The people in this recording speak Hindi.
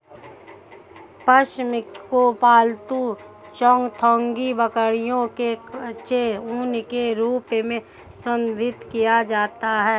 पश्म को पालतू चांगथांगी बकरियों के कच्चे ऊन के रूप में संदर्भित किया जाता है